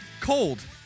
Cold